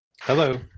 Hello